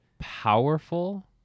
powerful